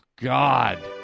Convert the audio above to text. God